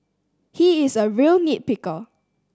he is a real nit picker